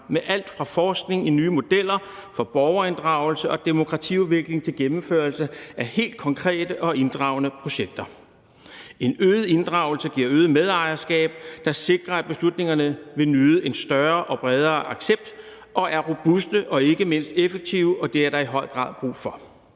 med alt fra forskning i nye modeller for borgerinddragelse og demokratiudvikling til gennemførelse af helt konkrete og inddragende projekter. En øget inddragelse giver øget medejerskab, der sikrer, at beslutningerne vil nyde en større og bredere accept og er robuste og ikke mindst effektive, og det er der i høj grad brug for.